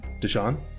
Deshaun